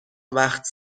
وقت